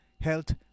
health